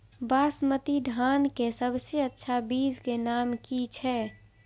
बासमती धान के सबसे अच्छा बीज के नाम की छे?